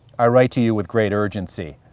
i write to you with great urgency.